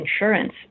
insurance